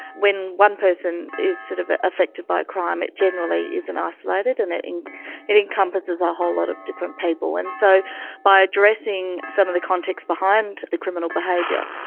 when one person is sort of ah affected by crime, it generally isn't isolated, and it and it encompasses a whole lot of different people, and so by addressing some of the context behind the criminal behaviour,